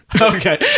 Okay